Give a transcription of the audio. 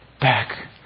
back